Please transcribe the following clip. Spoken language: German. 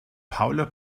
paula